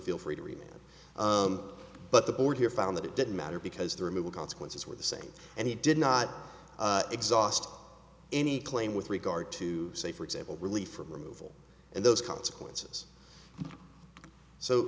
feel free to remain but the board here found that it didn't matter because the removal consequences were the same and he did not exhaust any claim with regard to say for example relief from removal and those consequences so